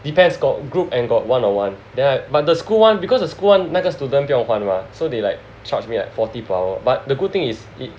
depends got group and got one on one then ah but the school [one] because school [one] 那个 student 要换吗 so they like charge me at forty per hour but the good thing is it